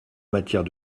matière